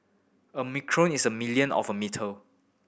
a micron is a million of a metre